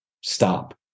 stop